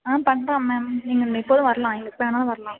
ஆ பண்ணுறோம் மேம் நீங்கள் இங்கே எப்போதும் வரலாம் நீங்கள் எப்போ வேணாலும் வரலாம்